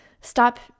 stop